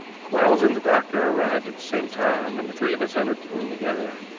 quarles and the doctor arrived at the same time, and the three of us entered the room together.